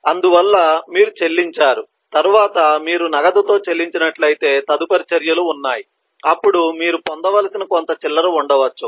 అందువల్ల మీరు చెల్లించారు తరువాత మీరు నగదుతో చెల్లించినట్లయితే తదుపరి చర్యలు ఉన్నాయి అప్పుడు మీరు పొందవలసిన కొంత చిల్లర ఉండవచ్చు